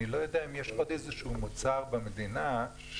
אני לא יודע אם יש עוד איזשהו מוצר במדינה שיש